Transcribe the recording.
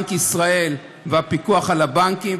בנק ישראל והפיקוח על הבנקים,